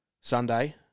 Sunday